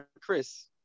Chris